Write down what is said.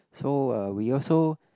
so uh we also